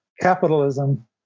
Capitalism